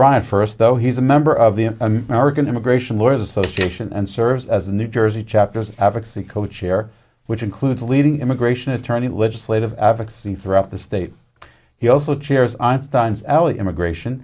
right first though he's a member of the american immigration lawyers association and serves as new jersey chapters an advocacy co chair which includes leading immigration attorney legislative affix the throughout the state he also chairs i stands alley immigration